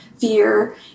fear